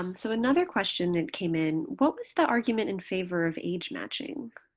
um so another question that came in, what was the argument in favor of age matching?